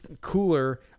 cooler